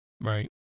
Right